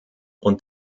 und